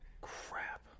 Crap